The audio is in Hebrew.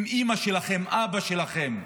אם אימא שלכם, אבא שלכם,